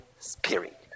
Spirit